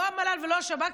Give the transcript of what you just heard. לא המל"ל ולא השב"כ,